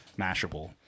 Mashable